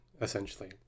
essentially